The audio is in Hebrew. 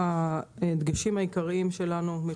הדגשים העיקריים שלנו הם: